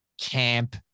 camp